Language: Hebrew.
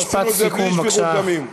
ועשינו את זה בלי שפיכות דמים.